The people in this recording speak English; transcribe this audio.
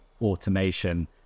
automation